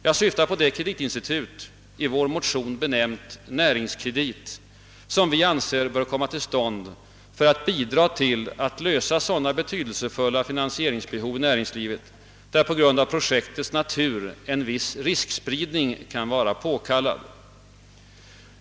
Jag syftar på det kreditinstitut, i vår motion benämnt Näringskredit, som vi anser bör komma till stånd för att bidra till att lösa sådana betydelsefulla finansieringsbehov i näringslivet där på grund av projektets natur en viss riskspridning kan vara påkallad.